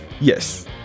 Yes